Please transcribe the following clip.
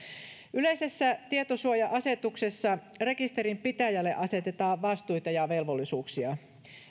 yleisessä tietosuoja asetuksessa rekisterinpitäjälle asetetaan vastuita ja velvollisuuksia